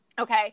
Okay